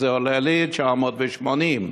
זה עולה לי 980 דולר.